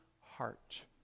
heart